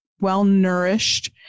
well-nourished